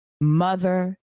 mother